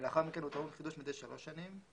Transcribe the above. ולאחר מכן הוא טעון חידוש מדי שלוש שנים,